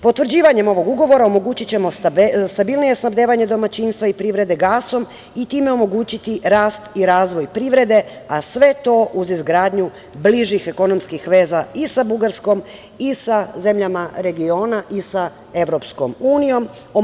Potvrđivanjem ovog ugovora omogućićemo stabilnije snabdevanje domaćinstva i privrede gasom i time omogućiti rast i razvoj privrede, a sve to uz izgradnju bližih ekonomskih veza i sa Bugarskom i sa zemljama regiona i sa Evropskom unijom.